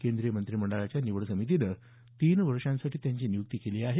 केंद्रीय मंत्रिमंडळाच्या निवड समितीनं तीन वर्षांसाठी त्यांची नियुक्ती केली आहे